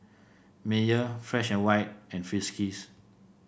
Mayer Fresh And White and Friskies